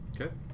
Okay